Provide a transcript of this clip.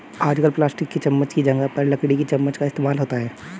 आजकल प्लास्टिक की चमच्च की जगह पर लकड़ी की चमच्च का इस्तेमाल होता है